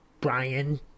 brian